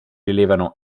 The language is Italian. rilevano